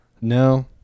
No